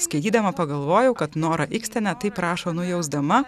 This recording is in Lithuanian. skaitydama pagalvojau kad nora ikstena taip rašo nujausdama